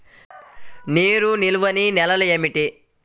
నీరు నిలువని నేలలు ఏమిటి?